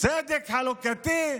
צדק חלוקתי,